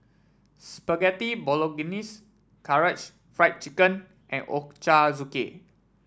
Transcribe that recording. Spaghetti Bolognese Karaage Fried Chicken and Ochazuke